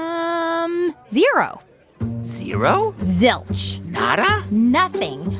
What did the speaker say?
um um zero zero? zilch nada? nothing.